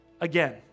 again